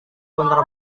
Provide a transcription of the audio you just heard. benar